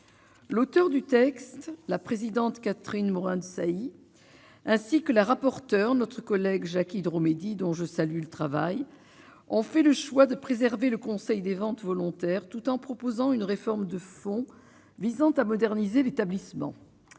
l'auteur du texte, la présidente Catherine Morin-Desailly, ainsi que la rapporteure notre collègue Jacques Hydro-Mehdi, dont je salue le travail, on fait le choix de préserver le Conseil des ventes volontaires tout en proposant une réforme de fond visant à moderniser l'établissement,